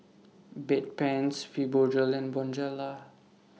Bedpans Fibogel and Bonjela